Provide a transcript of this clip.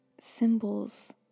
symbols